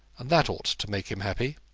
and that ought to make him happy.